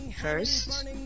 first